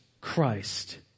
Christ